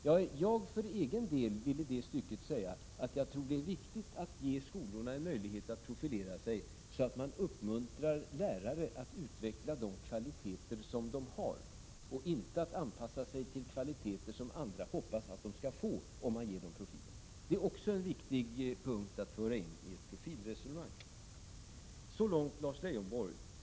Jag vill för egen del säga att det är viktigt att ge skolorna en möjlighet att profilera sig så, att man uppmuntrar lärare att utveckla de kvaliteter som de har, inte att anpassa sig till kvaliteter som andra hoppas att de skall få. Det är en viktig punkt att föra in i ett profilresonemang. Så långt Lars Leijonborg.